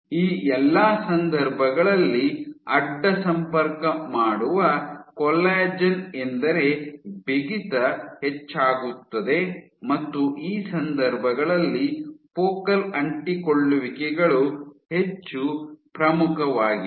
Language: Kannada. ಈ ಎಲ್ಲಾ ಸಂದರ್ಭಗಳಲ್ಲಿ ಅಡ್ಡ ಸಂಪರ್ಕ ಮಾಡುವ ಕೊಲ್ಲಾಜೆನ್ ಎಂದರೆ ಬಿಗಿತ ಹೆಚ್ಚಾಗುತ್ತದೆ ಮತ್ತು ಈ ಸಂದರ್ಭಗಳಲ್ಲಿ ಫೋಕಲ್ ಅಂಟಿಕೊಳ್ಳುವಿಕೆಗಳು ಹೆಚ್ಚು ಪ್ರಮುಖವಾಗಿವೆ